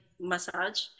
massage